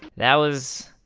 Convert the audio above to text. that was,